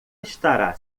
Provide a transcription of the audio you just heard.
estará